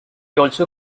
also